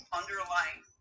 underlying